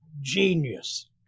genius